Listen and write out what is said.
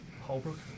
Holbrook